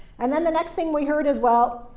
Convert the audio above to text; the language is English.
and then the next thing we heard is, well,